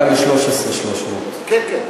2013, 300,000. כן, כן.